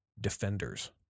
defenders